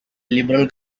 liberal